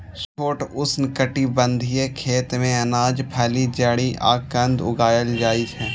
छोट उष्णकटिबंधीय खेत मे अनाज, फली, जड़ि आ कंद उगाएल जाइ छै